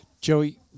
Joey